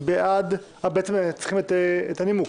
רוצים לנמק?